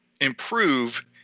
improve